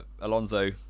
Alonso